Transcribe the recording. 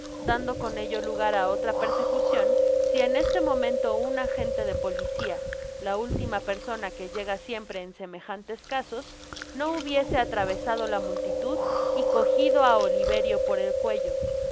dando con ello lugar á otra persecucion si en este momento un agente de policia la última persona que llega siempre en semejantes casos no hubiese atravesado la multitud y cojido á oliverio por el cuello